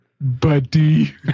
Buddy